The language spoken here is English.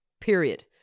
period